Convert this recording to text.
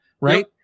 right